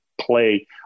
play